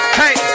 hey